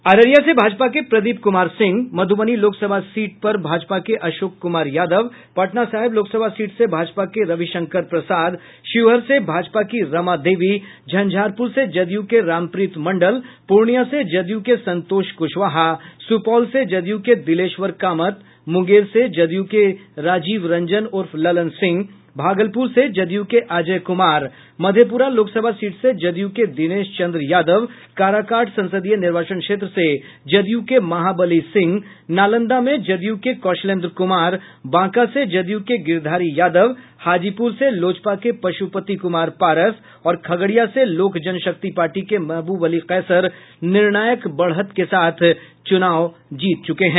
अररिया से भाजपा के प्रदीप कुमार सिंह मधुबनी लोकसभा सीट पर भाजपा के अशोक कुमार यादव पटना साहिब लोकसभा सीट से भाजपा के रविशंकर प्रसाद शिवहर से भाजपा की रमा देवी झंझारपुर से जदयू के रामप्रीत मंडल पूर्णिया से जदयू के संतोष कुशवाहा सुपौल से जदयू के दिलेश्वर कामत मुंगेर से जदयू के राजीव रंजन उर्फ ललन सिंह भागलपुर से जदयू के अजय कुमार मधेपुरा लोकसभा सीट से जदयू के दिनेश चंद्र यादव काराकाट संसदीय निर्वाचन क्षेत्र से जदयू के महाबली सिंह नालंदा में जदयू के कौशलेंद्र कुमार बांका से जदयू के गिरधारी यादव हाजीपुर से लोजपा के पशुपति कुमार पारस और खगड़िया से लोक जनशक्ति पार्टी के महबूब अली कैसर निर्णायक बढ़त के साथ चुनाव जीत चुके हैं